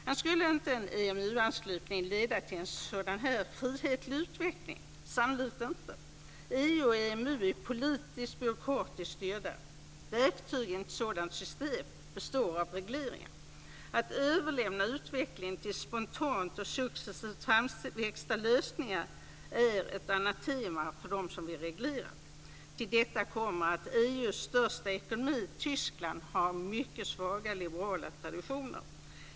Men skulle inte en EMU-anslutning leda till en sådan här frihetlig utveckling? Sannolikt inte. EU och EMU är politiskt och byråkratiskt styrda. Verktygen i ett sådant system består av regleringar. Att överlämna utvecklingen till spontant och successivt framväxta lösningar är ett anatema för dem som vill reglera. Till detta kommer att EU:s största ekonomi, Tyskland, har mycket svaga liberala traditioner.